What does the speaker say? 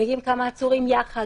מגיעים כמה עצורים יחד,